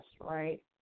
right